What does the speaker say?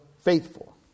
faithful